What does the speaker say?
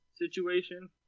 situation